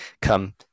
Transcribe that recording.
come